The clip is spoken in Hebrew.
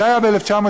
זה היה ב-1932.